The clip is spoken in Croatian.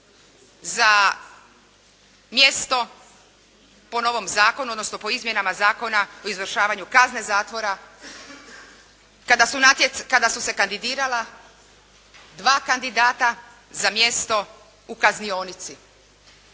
odnosno po izmjenama Zakona o izvršavanju kazne zatvora, kada su se kandidirala dva kandidata za mjesto u kaznionici.